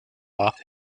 off